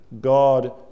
God